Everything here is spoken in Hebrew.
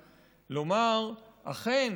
לומר: אכן,